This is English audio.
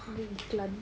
ni iklan